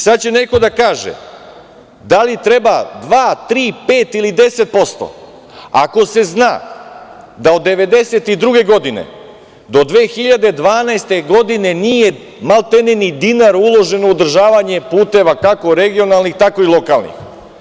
Sada će neko da kaže – da li treba dva, tri, pet ili deset posto ako se zna da od 1999. godine do 2012. godine nije maltene ni dinar uloženo u održavanje puteva, kako regionalnih, tako i lokalnih.